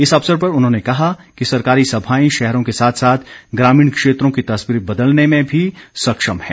इस अवसर पर उन्होंने कहा कि सहकारी सभाएं शहरों के साथ साथ ग्रामीण क्षेत्रों की तस्वीर बदलने में भी सक्षम हैं